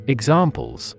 Examples